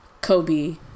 Kobe